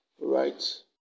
right